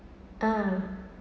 ah